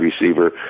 receiver